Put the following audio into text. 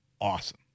awesome